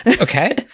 Okay